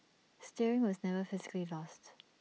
steering was never physically lost